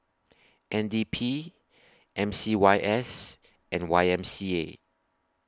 N D P M C Y S and Y M C A